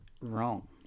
wrong